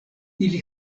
ili